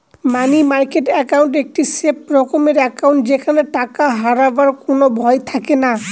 মানি market account একটি safe রকমের account যেখানে টাকা হারাবার কোনো ভয় থাকেনা